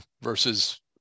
versus